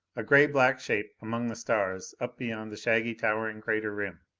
a gray-black shape among the stars up beyond the shaggy, towering crater rim.